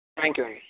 thank you అండి